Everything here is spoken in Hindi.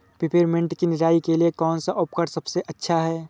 पिपरमिंट की निराई के लिए कौन सा उपकरण सबसे अच्छा है?